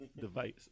device